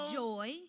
joy